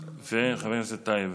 חבר הכנסת טייב